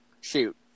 Shoot